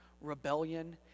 rebellion